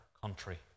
country